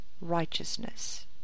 righteousness